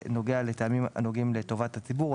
שנוגע לטעמים הנוגעים לטובת הציבור,